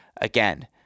again